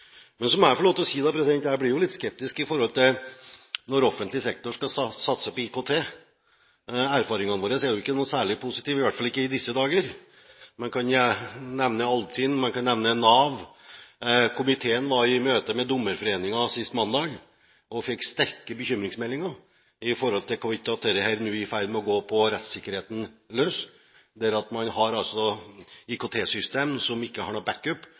Men så må jeg få lov til å si at jeg blir jo litt skeptisk når offentlig sektor skal satse på IKT. Erfaringene er ikke noe særlig positive, i hvert fall ikke i disse dager – man kan nevne Altinn, man kan nevne Nav. Komiteen var i møte med Dommerforeningen sist mandag og fikk sterke bekymringsmeldinger knyttet til at dette nå er i ferd med å gå på rettssikkerheten løs. Man har altså IKT-systemer som ikke har